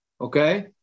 okay